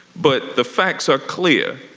but the facts are clear.